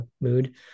mood